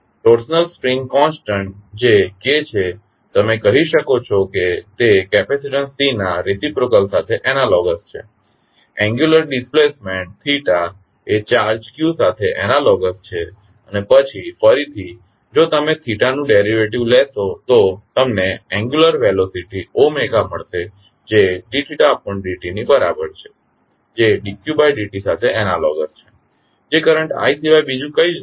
torsional spring constant જે K છે તમે કહી શકો છો કે તે કેપેસિટીન્સ C ના રેસીપ્રોકલ સાથે એનાલોગસ છે એન્ગ્યુલર ડીસ્પ્લેસમેન્ટ એ ચાર્જ q સાથે એનાલોગસ છે અને પછી ફરીથી જો તમે નુ ડેરીવેટીવ લેશો તો તમને એન્ગ્યુલર વેલોસીટી મળશે જે dθdt ની બરાબર છે જે dqdt સાથે એનાલોગસ છે જે કરંટ i સિવાય બીજું કંઈ જ નથી